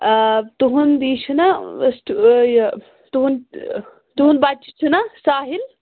آ تُہُنٛد یہِ چھُنا یہِ تُہُنٛد تُہُنٛد بَچہِ چھُنا ساحل